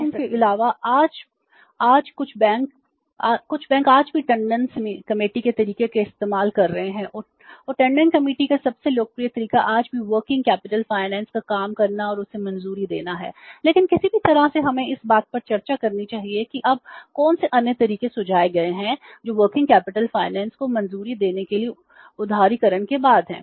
लेकिन इन तरीकों के अलावा कुछ बैंक आज भी टोंडन कमेटी के तरीकों का इस्तेमाल कर रहे हैं और टोंडन कमेटी का सबसे लोकप्रिय तरीका आज भी वर्किंग कैपिटल फाइनेंस को मंजूरी देने के लिए उदारीकरण के बाद हैं